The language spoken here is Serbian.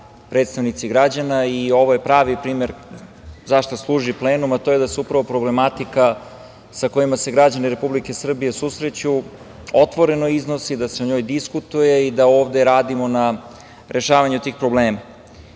predstavnici građana i ovo je pravi primer za šta služi plenum, a to je da se upravo problematika sa kojima se građani Republike Srbije susreću otvoreno iznosi, da se o njoj diskutuje i da ovde radimo na rešavanju tih problema. Takvu